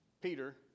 Peter